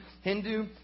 Hindu